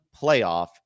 playoff